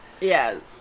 Yes